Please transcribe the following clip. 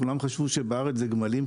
כולם חשבו שהארץ זה גמלים,